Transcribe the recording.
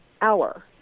hour